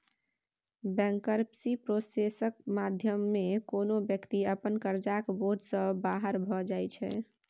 bankruptcy प्रोसेसक माध्यमे कोनो बेकती अपन करजाक बोझ सँ बाहर भए जाइ छै